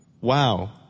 wow